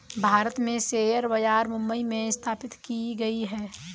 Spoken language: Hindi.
भारत में शेयर बाजार मुम्बई में स्थापित की गयी है